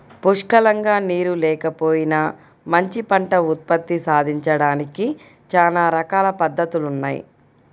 పుష్కలంగా నీరు లేకపోయినా మంచి పంట ఉత్పత్తి సాధించడానికి చానా రకాల పద్దతులున్నయ్